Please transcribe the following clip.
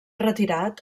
retirat